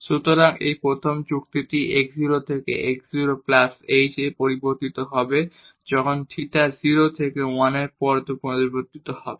সুতরাং এই প্রথম যুক্তিটি x 0 থেকে x 0 প্লাস h এ পরিবর্তিত হবে যখন থিটা 0 থেকে 1 পর্যন্ত পরিবর্তিত হবে